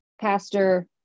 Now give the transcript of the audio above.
Pastor